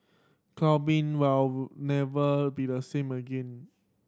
clubbing will never be the same again